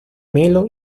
melo